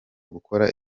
gukora